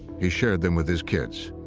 he shared them with his kids.